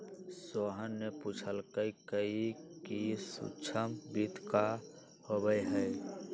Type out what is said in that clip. सोहन ने पूछल कई कि सूक्ष्म वित्त का होबा हई?